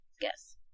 guess